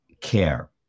care